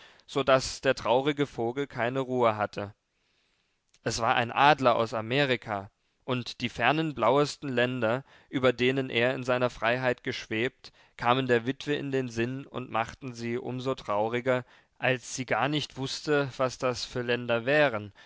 so daß der traurige vogel keine ruhe hatte es war ein adler aus amerika und die fernen blauesten länder über denen er in seiner freiheit geschwebt kamen der witwe in den sinn und machten sie um so trauriger als sie gar nicht wußte was das für länder wären